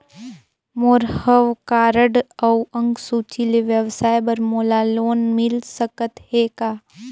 मोर हव कारड अउ अंक सूची ले व्यवसाय बर मोला लोन मिल सकत हे का?